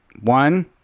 One